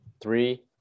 Three